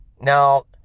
Now